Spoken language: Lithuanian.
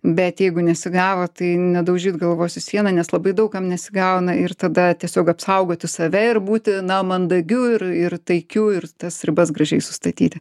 bet jeigu nesigavo tai nedaužyt galvos į sieną nes labai daug kam nesigauna ir tada tiesiog apsaugoti save ir būti na mandagiu ir ir taikiu ir tas ribas gražiai sustatyti